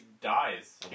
dies